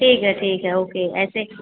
ठीक है ठीक है ओके ऐसे